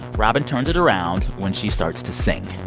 robyn turns it around when she starts to sing